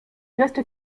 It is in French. restent